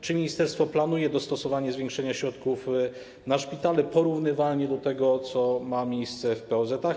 Czy ministerstwo planuje dostosowanie zwiększenia środków na szpitale porównywalnie do tego, co ma miejsce w POZ-ach?